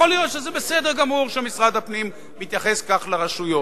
יכול להיות שזה בסדר גמור שמשרד הפנים מתייחס כך לרשויות.